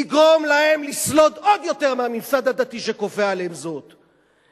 יגרום להם לסלוד עוד יותר מהממסד הדתי שכופה עליהם זאת.